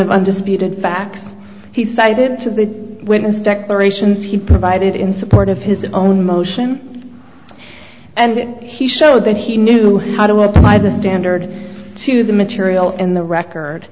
of undisputed facts he cited to the witness declarations he provided in support of his own motion and he showed that he knew how to apply the standard to the material in the record